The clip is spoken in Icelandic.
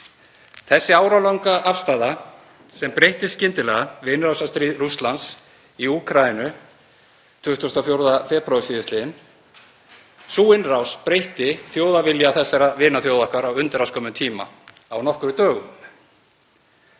Þessi áralanga afstaða breyttist skyndilega með innrásarstríði Rússlands í Úkraínu 24. febrúar síðastliðinn. Sú innrás breytti þjóðarvilja þessara vinaþjóða okkar á undraskömmum tíma, á nokkrum dögum.